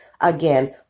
Again